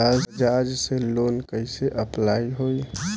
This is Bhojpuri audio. बजाज से लोन कईसे अप्लाई होई?